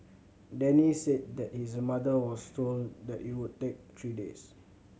Denny said that his mother was told that it would take three days